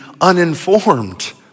uninformed